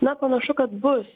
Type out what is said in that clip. nepanašu kad bus